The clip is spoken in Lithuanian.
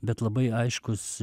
bet labai aiškus